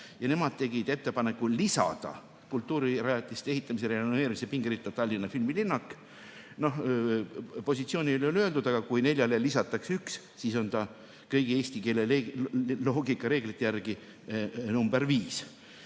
ja nemad tegid ettepaneku lisada kultuurirajatiste ehitamise ja renoveerimise pingeritta Tallinna filmilinnak. Positsiooni ei ole öeldud, aga kui neljale lisatakse üks, siis on ta kõigi eesti keele loogika reeglite järgi number viis.